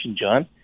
John